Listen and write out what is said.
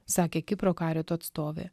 sakė kipro karito atstovė